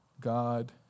God